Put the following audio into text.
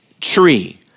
tree